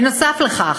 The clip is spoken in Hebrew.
נוסף על כך,